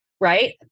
right